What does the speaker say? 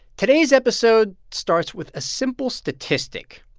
today's episode starts with a simple statistic.